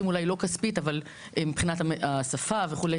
אולי לא כספית אבל מבחינת השפה וכו'.